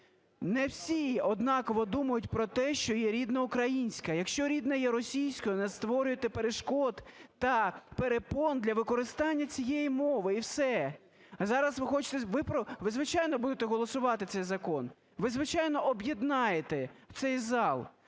Не всі однаково думають про те, що є рідна українська. Якщо рідна є російська, не створюйте перешкод та перепон для використання цієї мови, і все. А зараз ви хочете… Ви, звичайно, будете голосувати цей закон, ви, звичайно, об'єднаєте цей зал.